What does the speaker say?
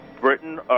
Britain